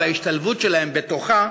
ההשתלבות שלהם בתוכה,